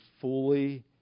fully